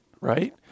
right